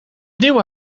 nieuwe